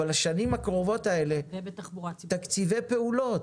אבל השנים הקרובות האלה --- ובתחבורה ציבורית.